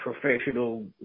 professional